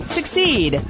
Succeed